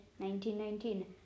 1919